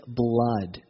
blood